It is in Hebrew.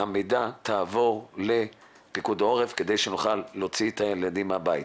יעבור המידע לפיקוד העורף כדי שנוכל להוציא את הילדים מהבית.